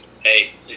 hey